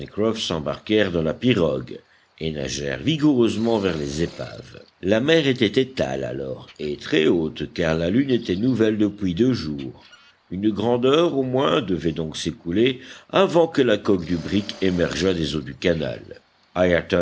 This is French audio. s'embarquèrent dans la pirogue et nagèrent vigoureusement vers les épaves la mer était étale alors et très haute car la lune était nouvelle depuis deux jours une grande heure au moins devait donc s'écouler avant que la coque du brick émergeât des eaux du canal